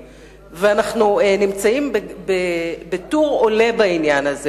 ואנחנו בטור עולה על ציר הזמן.